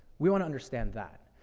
we wanna understand that.